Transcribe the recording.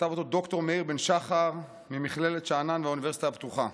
כתב אותו ד"ר מאיר בן שחר ממכללת שאנן והאוניברסיטה הפתוחה: